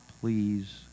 please